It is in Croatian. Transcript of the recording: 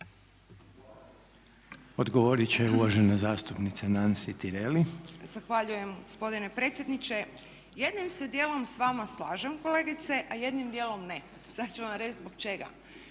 (Hrvatski laburisti - Stranka rada)** Zahvaljujem gospodine predsjedniče. S jednim se dijelom s vama slažem kolegice, a jednim dijelom ne. Sad ću vam reći zbog čega.